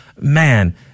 Man